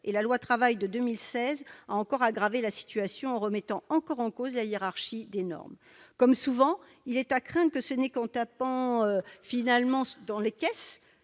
la loi Travail de 2016 a aggravé la situation en remettant encore en cause la hiérarchie des normes. Comme souvent, il est à craindre que ce ne soit qu'en « tapant dans la caisse